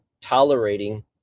tolerating